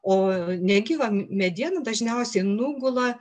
o negyva mediena dažniausiai nugula